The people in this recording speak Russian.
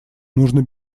нужно